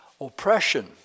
oppression